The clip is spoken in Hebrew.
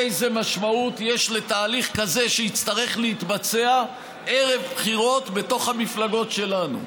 איזו משמעות יש לתהליך כזה שיצטרך להתבצע ערב בחירות בתוך המפלגות שלנו.